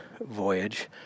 voyage